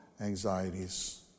anxieties